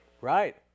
Right